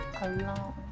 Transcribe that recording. alone